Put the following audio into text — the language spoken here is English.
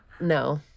No